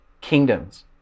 kingdoms